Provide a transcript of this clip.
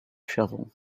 shovel